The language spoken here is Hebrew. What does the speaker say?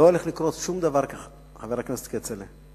לא הולך לקרות דבר, חבר הכנסת כצל'ה.